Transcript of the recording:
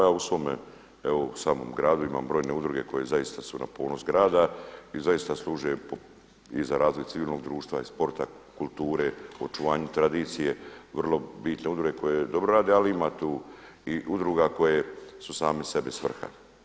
Ja u svome samom gradu imam brojne udruge koje su zaista na ponos grada i zaista sluše i za razvoj civilnog društva i sporta, kulture, očuvanju tradicije vrlo bitne udruge koje dobro rade, ali ima tu i udruga koje su same sebi svrha.